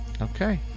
Okay